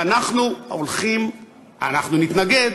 ואנחנו נתנגד.